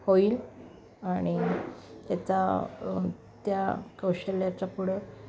होईल आणि त्याचा त्या कौशल्याचा पुढे